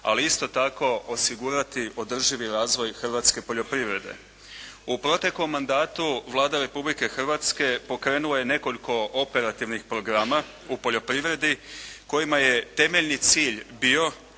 ali isto tako osigurati održivi razvoj hrvatske poljoprivrede. U proteklom mandatu Vlada Republike Hrvatske pokrenula je nekoliko operativnih programa u poljoprivredi kojima je temeljni cilj bio